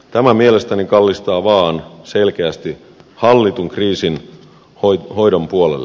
tämä mielestäni kallistaa vaaan selkeästi hallitun kriisinhoidon puolelle